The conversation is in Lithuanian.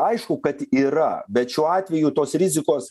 aišku kad yra bet šiuo atveju tos rizikos